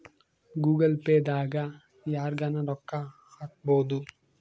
Google Pay ದಾಗ ಯರ್ಗನ ರೊಕ್ಕ ಹಕ್ಬೊದು